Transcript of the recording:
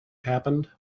happened